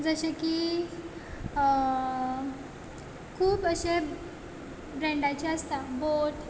जशें की खूब अशा ब्रँडाची आसता बोट